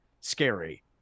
scary